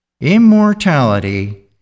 Immortality